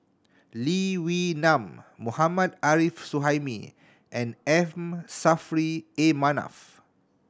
Lee Wee Nam Mohammad Arif Suhaimi and M Saffri A Manaf